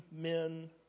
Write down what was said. men